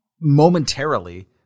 momentarily